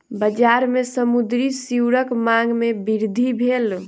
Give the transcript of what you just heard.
बजार में समुद्री सीवरक मांग में वृद्धि भेल